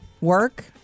Work